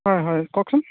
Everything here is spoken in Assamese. হয় হয় কওকচোন